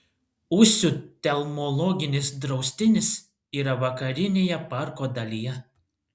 ūsių telmologinis draustinis yra vakarinėje parko dalyje